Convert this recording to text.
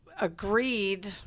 agreed